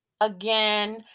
Again